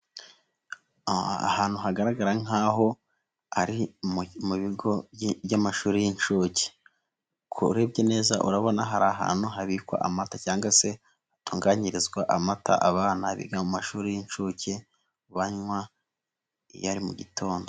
Ahantu hagaragara nkaho ari mu bigo by'amashuri y'incuke. Urebye neza urabona hari ahantu habikwa amata cyangwa se hatunganyirizwa amata, abana biga mu mashuri y'incuke banywa iyo ari mugitondo.